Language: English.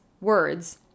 words